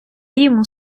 йому